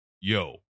yo